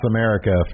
America